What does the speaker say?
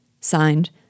Signed